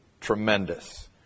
Tremendous